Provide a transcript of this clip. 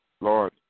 Lord